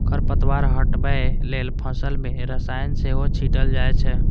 खरपतवार हटबै लेल फसल मे रसायन सेहो छीटल जाए छै